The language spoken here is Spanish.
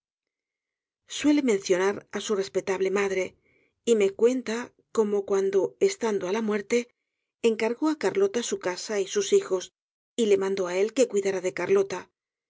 suele mencionar á su respetable madre y mecuenta cómo estando á la muerte encargó á carlota su casa y sus hijos y le mandó á él que cuidara de carlota